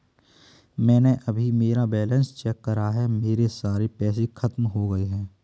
मैंने अभी मेरा बैलन्स चेक करा है, मेरे सारे पैसे खत्म हो गए हैं